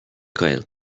gael